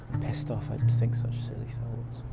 pissed off i and think such silly thoughts.